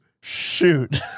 shoot